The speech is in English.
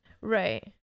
Right